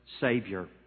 Savior